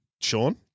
Sean